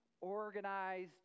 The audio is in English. Organized